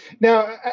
Now